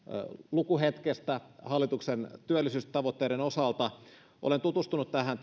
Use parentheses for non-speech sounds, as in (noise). lukuhetkestä hallituksen työllisyystavoitteiden osalta olen tutustunut tähän (unintelligible)